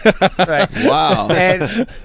Wow